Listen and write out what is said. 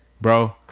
bro